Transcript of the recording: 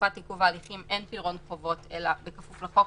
בתקופת עיכוב ההליכים אין פירעון חובות אלא בכפוף לחוק.